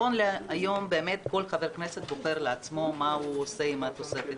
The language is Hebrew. נכון להיום באמת כל חבר כנסת בוחר לעצמו מה הוא עושה עם התוספת.